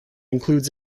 includes